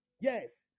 Yes